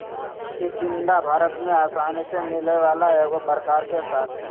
चिचिण्डा भारत में आसानी से मिलय वला एगो प्रकार के शाक हइ